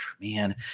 man